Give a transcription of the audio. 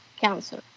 cancer